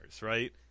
right